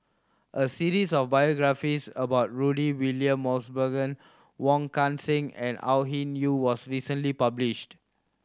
a series of biographies about Rudy William Mosbergen Wong Kan Seng and Au Hing Yee was recently published